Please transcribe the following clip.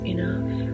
enough